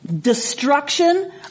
destruction